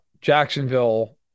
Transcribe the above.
Jacksonville